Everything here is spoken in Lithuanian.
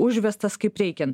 užvestas kaip reikian